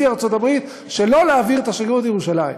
ארצות הברית שלא להעביר את השגרירות לירושלים?